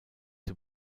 die